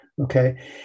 okay